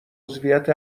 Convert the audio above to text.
عضویت